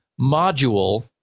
module